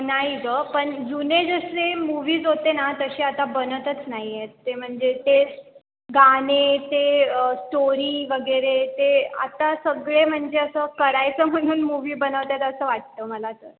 नाही गं पण जुने जसे मूव्हीज होते ना तसे आता बनतच नाही आहेत ते म्हणजे ते गाणे ते स्टोरी वगैरे ते आता सगळे म्हणजे असं करायचं म्हणून मूव्ही बनवत आहेत असं वाटतं मला तर